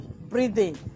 breathing